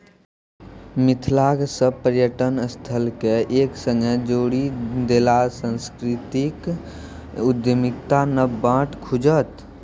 मिथिलाक सभ पर्यटन स्थलकेँ एक संगे जोड़ि देलासँ सांस्कृतिक उद्यमिताक नब बाट खुजत